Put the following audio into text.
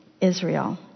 Israel